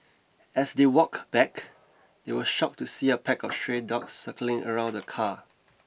as they walk back they were shocked to see a pack of stray dogs circling around the car